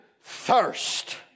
thirst